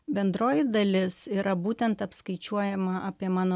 bendroji dalis yra būtent apskaičiuojama apie mano